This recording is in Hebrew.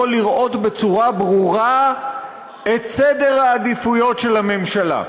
לראות בצורה ברורה את סדר העדיפויות של הממשלה.